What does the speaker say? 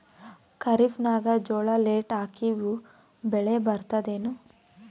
ಖರೀಫ್ ನಾಗ ಜೋಳ ಲೇಟ್ ಹಾಕಿವ ಬೆಳೆ ಬರತದ ಏನು?